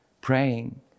praying